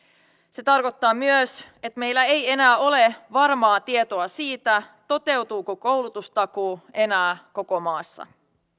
se tarkoittaa myös että meillä ei enää ole varmaa tietoa siitä toteutuuko koulutustakuu enää koko maassa